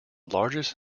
largest